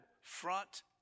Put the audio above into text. front